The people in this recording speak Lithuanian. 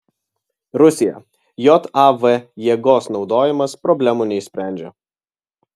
rusija jav jėgos naudojimas problemų neišsprendžia